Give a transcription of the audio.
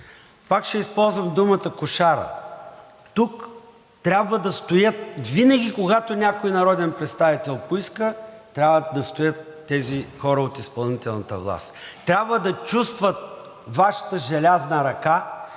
Пак ще използвам думата „кошара“. Тук трябва да стоят винаги, когато някой народен представител поиска, трябва да стоят тези хора от изпълнителната власт – трябва да чувстват Вашата желязна ръка